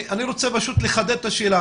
אני רוצה לחדד את השאלה.